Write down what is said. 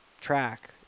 track